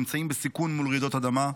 נמצאים בסיכון מול רעידות אדמה,